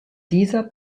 dieser